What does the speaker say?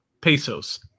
pesos